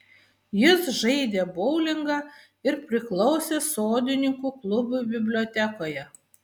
jis žaidė boulingą ir priklausė sodininkų klubui bibliotekoje